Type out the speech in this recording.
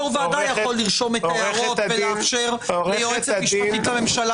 לא באופן ההתנהלות של הכנסת והממשלה